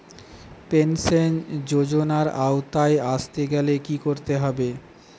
Pension যজোনার আওতায় আসতে গেলে কি করতে হবে?